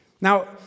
Now